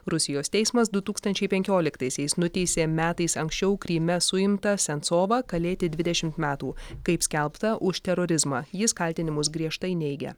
rusijos teismas du tūkstančiai penkioliktaisiais nuteisė metais anksčiau kryme suimtą sensovą kalėti dvidešimt metų kaip skelbta už terorizmą jis kaltinimus griežtai neigia